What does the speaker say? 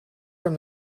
from